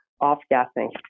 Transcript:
off-gassing